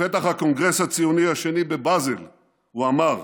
בפתח הקונגרס הציוני השני בבאזל הוא אמר: